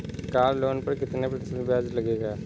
Car loan पर कितने प्रतिशत ब्याज लगेगा?